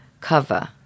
cover